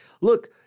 look